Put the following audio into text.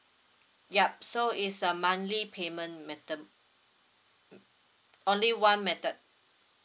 yup so it's a monthly payment method only one method